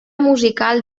musical